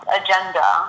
agenda